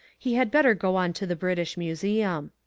he had better go on to the british museum.